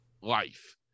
life